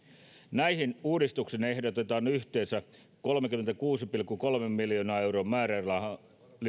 näihin uudistuksiin ehdotetaan yhteensä kolmenkymmenenkuuden pilkku kolmen miljoonan euron määrärahalisäystä